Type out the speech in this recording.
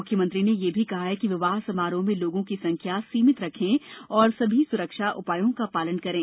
मुख्यमंत्री ने यह भी कहा कि विवाह समारोह में लोगों की संख्या सीमित रखें और सभी सुरक्षा उपायों का पालन करें